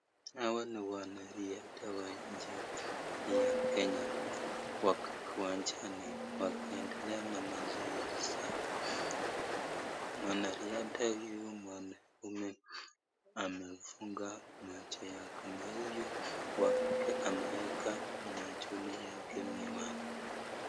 Hawa ni wanariadha wa nchi ya Kenya wako uwanjani wakiendelea na mazoezi zao mwanariadha huyu mwanaume amefunga macho yake na huyu wa kike ameweka machoni yake miwani.